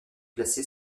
placée